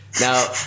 Now